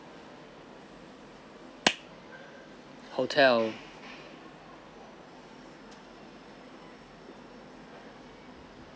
hotel